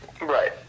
Right